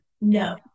no